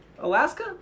Alaska